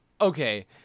okay